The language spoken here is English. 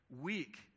weak